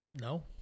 No